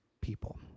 people